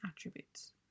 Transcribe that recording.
attributes